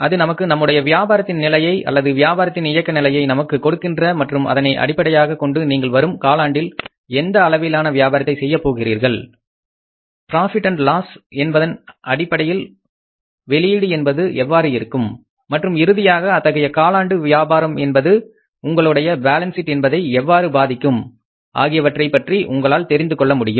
அது நமக்கு நம்முடைய வியாபாரத்தின் நிலையை அல்லது வியாபாரத்தின் இயக்க நிலையை நமக்குக் கொடுக்கின்றது மற்றும் அதனை அடிப்படையாகக் கொண்டு நீங்கள் வரும் காலாண்டில் எந்த அளவிலான வியாபாரத்தை செய்யப் போகின்றீர்கள் ப்ராபிட் அல்லது லாஸ் என்பதன் அடிப்படையில் வெளியீடு என்பது எவ்வாறு இருக்கும் மற்றும் இறுதியாக அத்தகைய காலாண்டு வியாபாரம் என்பது உங்களுடைய பேலன்ஸ் சீட் என்பதை எவ்வாறு பாதிக்கும் ஆகியவற்றைப் பற்றி உங்களால் தெரிந்து கொள்ள முடியும்